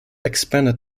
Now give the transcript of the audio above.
expanded